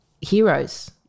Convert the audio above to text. heroes